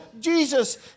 Jesus